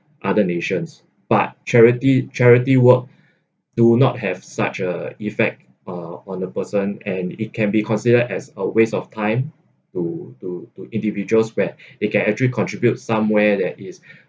other nations but charity charity work do not have such a effect uh on the person and it can be considered as a waste of time to to to individuals where it can actually contribute somewhere that is